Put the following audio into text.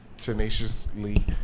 tenaciously